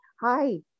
hi